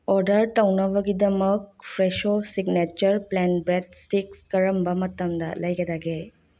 order ꯇꯧꯅꯕꯒꯤꯗꯃꯛ fresco signature plain bread sticks ꯀꯔꯝꯕ ꯃꯇꯝꯗ ꯂꯩꯒꯗꯒꯦ